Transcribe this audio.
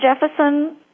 Jefferson